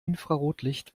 infrarotlicht